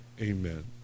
Amen